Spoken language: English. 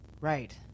Right